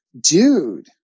dude